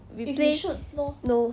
we play no